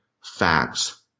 facts